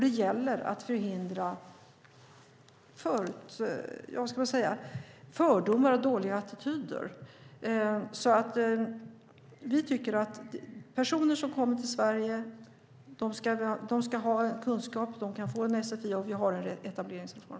Det gäller att förhindra fördomar och dåliga attityder. Vi tycker att personer som kommer till Sverige ska ha kunskap. De kan få sfi-utbildning, och vi har en etableringsreform.